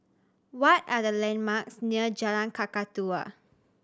what are the landmarks near Jalan Kakatua